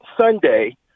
Sunday